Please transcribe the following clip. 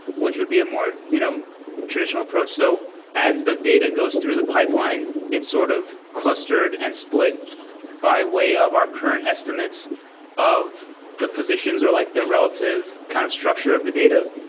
which would be a more you know traditional approach. so as the data goes through the pipeline, it's sort of clustered and split by way of our current estimates of the positions or like the relative kind of structure of the data.